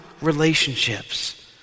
relationships